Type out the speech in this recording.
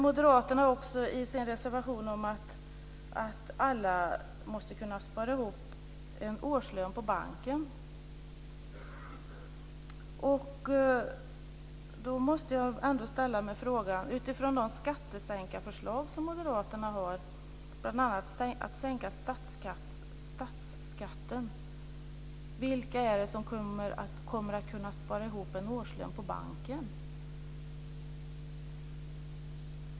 Moderaterna menar i sin reservation också att alla måste kunna spara ihop en årslön på banken. Jag måste utifrån de skattesänkningsförslag som moderaterna för fram, bl.a. om sänkning av statsskatten, fråga vilka som kommer att kunna spara ihop en årslön på banken.